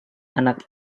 anak